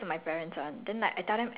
I !huh!